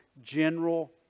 general